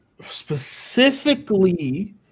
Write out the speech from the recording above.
specifically